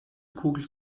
kugel